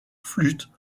flûte